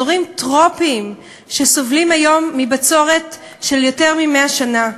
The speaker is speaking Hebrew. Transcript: אזורים טרופיים שסובלים היום מבצורת של יותר מ-100 שנה,